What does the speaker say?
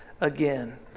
again